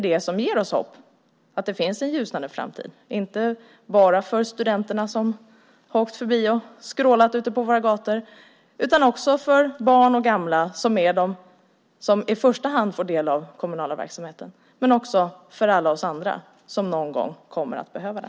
Det ger hopp om en ljusnande framtid, inte bara för studenterna som har åkt förbi och skrålat på våra gator utan också för barn och gamla som är de som i första hand får del av den kommunala verksamheten och även för alla oss andra som någon kommer att behöva den.